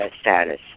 status